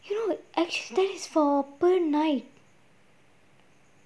you know there is four per night